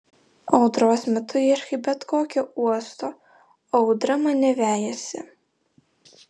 audros metu ieškai bet kokio uosto o audra mane vejasi